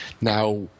Now